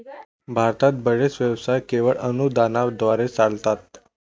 भारतातील बरेच व्यवसाय केवळ अनुदानाद्वारे चालतात